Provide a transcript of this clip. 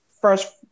first